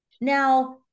Now